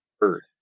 Earth